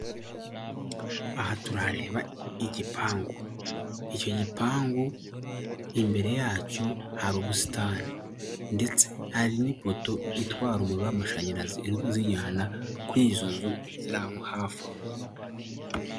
Aha turahareba igipangu, icyo gipangu imbere yacyo hari ubusitani ndetse hari n'ipoto itwara umuriro w'amashanyarazi, uzijyana kuri izo nzu zirangwa hafi aho.